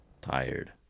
tired